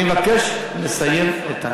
אני מבקש לסיים את הנאום.